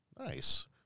Nice